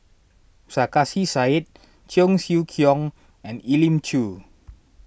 Sarkasi Said Cheong Siew Keong and Elim Chew